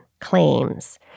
claims